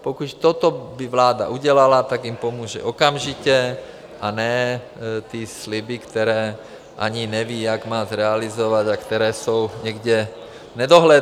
Pokud toto by vláda udělala, tak jim pomůže okamžitě, a ne ty sliby, které ani neví, jak má zrealizovat a které jsou někde v nedohlednu.